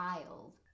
Wild